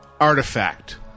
artifact